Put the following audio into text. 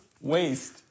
Waste